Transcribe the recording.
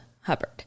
hubbard